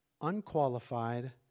unqualified